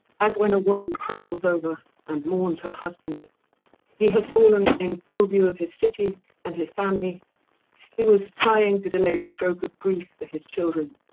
as when a woman crumples over and mourns her husband he has fallen in full view of his city and his family he was trying to delay the stroke of grief for his children.